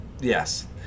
Yes